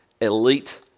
elite